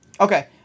Okay